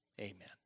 amen